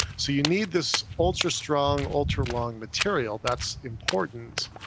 so you need this ultra-strong, ultra-long material, that's important,